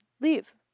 Leave